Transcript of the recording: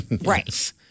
Right